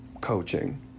coaching